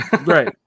right